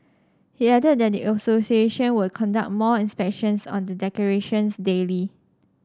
he added that the association will conduct more inspections on the decorations daily